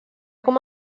com